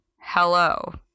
hello